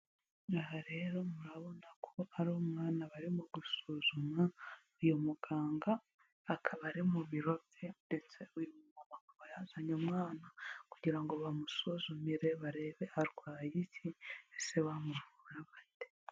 Aha rero murabona ko ari umwana barimo gusuzuma, uyu muganga akaba ari mu biro bye ndetse uyu mumama akaba yazanye umwana kugira ngo bamusuzumire barebe arwaye iki? Ese bamuvura bate?